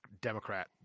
Democrat